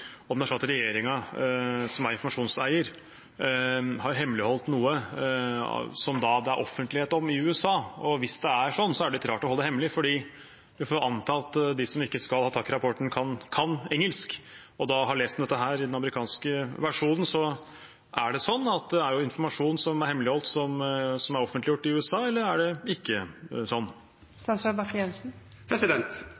om det er slik at regjeringen som informasjonseier har hemmeligholdt noe som det er offentlighet om i USA. Hvis det er slik, er det litt rart å holde det hemmelig, for vi får anta at de som ikke skal ha tak i rapporten, kan engelsk og da har lest om dette i den amerikanske versjonen. Så er det slik at det er informasjon som er hemmeligholdt, som er offentliggjort i USA, eller er det ikke